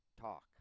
talk